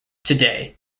today